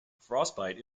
frostbite